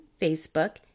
Facebook